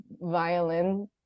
violin